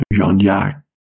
Jean-Jacques